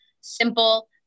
simple